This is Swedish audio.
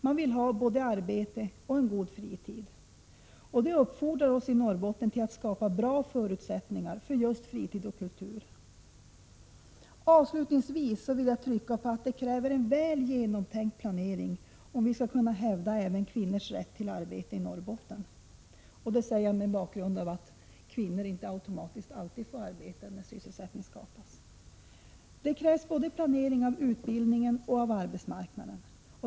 Man vill ha både arbete och en god fritid. Det uppfordrar oss i Norrbotten till att skapa bra förutsättningar för just fritid och kultur. Avslutningsvis vill jag trycka på att det kräver en väl genomtänkt planering om vi skall kunna hävda även kvinnornas rätt till arbete i Norrbotten. Detta säger jag mot bakgrund av att kvinnor inte alltid får arbete när sysselsättning skapas. Det krävs planering av både utbildningen och arbetsmarknaden.